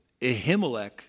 Ahimelech